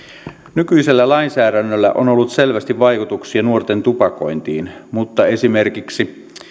nykyisellä lainsäädännöllä on ollut selvästi vaikutuksia nuorten tupakointiin mutta esimerkiksi